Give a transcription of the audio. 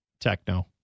Techno